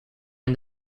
and